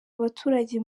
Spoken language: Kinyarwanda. abaturage